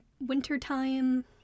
wintertime